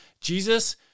Jesus